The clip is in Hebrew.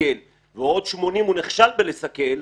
ועוד 80 הוא נכשל לסכל,